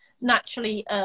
naturally